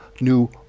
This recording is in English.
new